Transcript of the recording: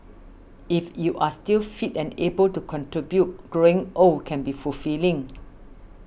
if you're still fit and able to contribute growing old can be fulfilling